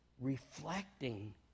reflecting